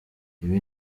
ibi